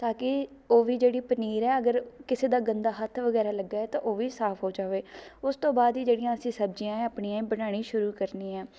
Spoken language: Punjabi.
ਤਾਂ ਕਿ ਉਹ ਵੀ ਜਿਹੜੀ ਪਨੀਰ ਹੈ ਅਗਰ ਕਿਸੇ ਦਾ ਗੰਦਾ ਹੱਥ ਵਗੈਰਾ ਲੱਗਾ ਹੈ ਤਾਂ ਉਹ ਵੀ ਸਾਫ਼ ਹੋ ਜਾਵੇ ਉਸ ਤੋਂ ਬਾਅਦ ਹੀ ਜਿਹੜੀਆਂ ਅਸੀਂ ਸਬਜ਼ੀਆਂ ਹੈ ਆਪਣੀਆਂ ਬਣਾਉਣੀ ਸ਼ੁਰੂ ਕਰਨੀਆਂ